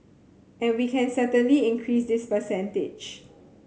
and we can certainly increase this percentage